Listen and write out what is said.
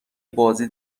بازی